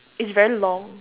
it's very long